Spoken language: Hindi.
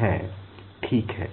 है ठीक है